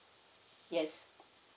yes